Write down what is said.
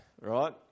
right